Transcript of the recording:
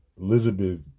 Elizabeth